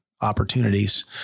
opportunities